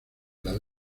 las